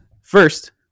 First